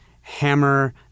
hammer